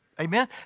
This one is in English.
Amen